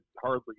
hardly